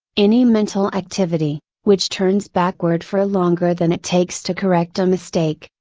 any mental activity, which turns backward for longer than it takes to correct a mistake,